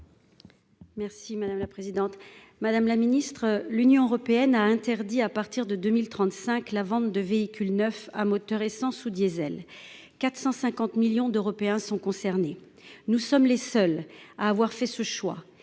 Merci madame la présidente, madame la ministre. L'Union européenne a interdit à partir de 2035, la vente de véhicules neufs à moteur essence ou diésel. 450 millions d'Européens sont concernés. Nous sommes les seuls à avoir fait ce choix.